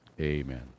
Amen